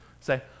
Say